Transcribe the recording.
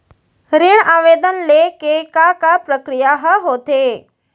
ऋण आवेदन ले के का का प्रक्रिया ह होथे?